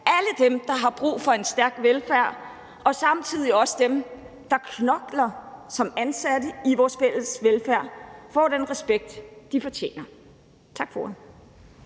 alle dem, der har brug for en stærk velfærd, og samtidig også dem, der knokler som ansatte i vores fælles velfærd, får den respekt, de fortjener. Tak for